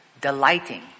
delighting